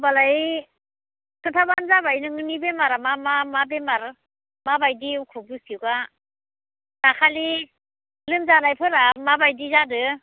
होमबालाय खोथाबानो जाबाय नोंनि बेमारा मा मा मा बेमार माबादि उखुब बुखुबा दाखालि लोमजानायफोरा माबादि जादो